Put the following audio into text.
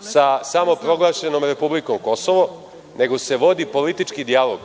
sa samoproglašenom republikom Kosovo, nego se vodi politički dijalog